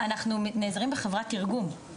אנחנו נעזרים בחברת תרגום,